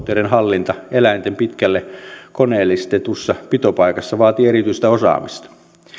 hallinta eläinten pitkälle koneellistetussa pitopaikassa vaatii erityistä osaamista